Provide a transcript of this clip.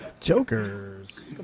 Jokers